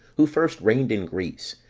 who first reigned in greece,